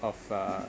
of uh